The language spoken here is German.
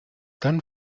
dann